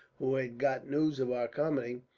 who had got news of our coming,